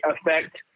affect